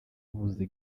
ubuvuzi